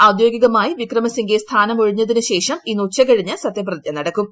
ഔദ്യോഗികമായി വിക്രമസിംഗെ സ്ഥാനമൊഴിഞ്ഞതിന് ശേഷം ഇന്ന് ഉച്ച കഴിഞ്ഞ് സത്യപ്രതിജ്ഞ നടക്കും